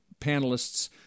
panelists